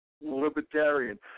libertarian